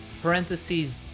parentheses